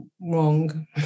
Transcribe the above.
wrong